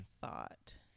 thought